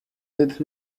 did